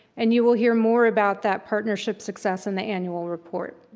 and you will hear more about that partnership success in the annual report.